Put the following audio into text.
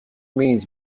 means